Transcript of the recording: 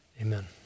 Amen